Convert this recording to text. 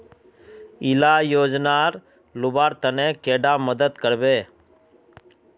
इला योजनार लुबार तने कैडा मदद करबे?